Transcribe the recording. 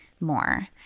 more